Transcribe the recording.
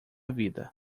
vida